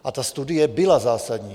A ta studie byla zásadní.